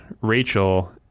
Rachel